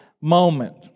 moment